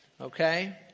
Okay